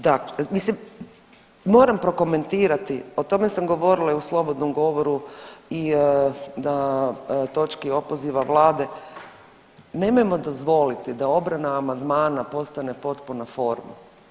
Da, mislim, moram prokomentirati, o tome sam govorila i u slobodnom govoru i točki opoziva Vlade, nemojmo dozvoliti da obrana amandmana postane potpuna forma.